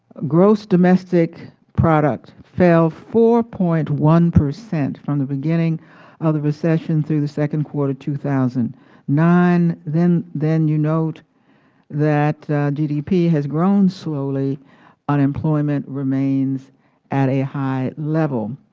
gross domestic product fell four point one percent from the beginning of the recession through the second quarter two thousand and nine. then then you note that gdp has grown slowly unemployment remains at a high level.